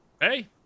hey